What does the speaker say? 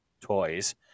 toys